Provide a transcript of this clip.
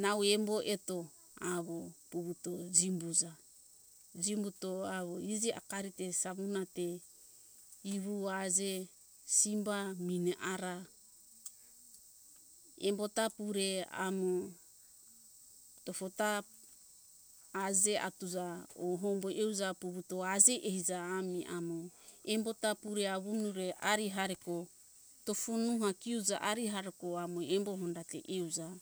nau embo eto awo puvuto jimbuza jimbuto awo iji akari te samuna te ihu aje simba mine ara embota pure amo tofota aje atuza or hombo euja puvuto aje eiza ami amo embo ta pure awunure ari areko tofo nua kiuza ari aroko amo embo ondate iuza